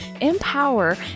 empower